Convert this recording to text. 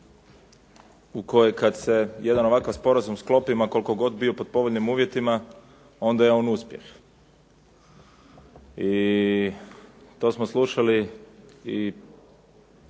u kojoj kad se jedan ovakav sporazum sklopi ma koliko god bio pod povoljnim uvjetima onda je on uspjeh. I to smo slušali i